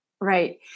Right